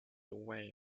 away